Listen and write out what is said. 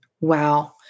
Wow